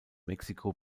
mexiko